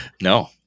No